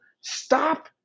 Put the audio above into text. stop